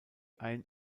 ein